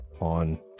on